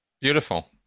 Beautiful